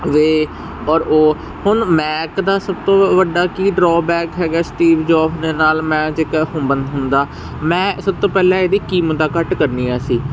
ਵੇ ਔਰ ਉਹ ਹੁਣ ਮੈਕ ਦਾ ਸਭ ਤੋਂ ਵੱਡਾ ਕੀ ਡਰੋ ਬੈਕ ਹੈਗਾ ਸਟੀਵ ਜੋਬ ਦੇ ਨਾਲ ਮੈਂ ਜੇਕਰ ਹਨਮੰਦ ਹੁੰਦਾ ਮੈਂ ਸਭ ਤੋਂ ਪਹਿਲਾਂ ਇਹਦੀ ਕੀਮਤਾਂ ਘੱਟ ਕਰਨੀਆਂ ਸੀ